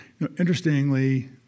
Interestingly